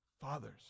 Fathers